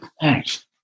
thanks